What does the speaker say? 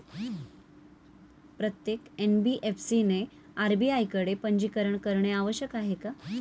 प्रत्येक एन.बी.एफ.सी ने आर.बी.आय कडे पंजीकरण करणे आवश्यक आहे का?